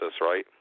right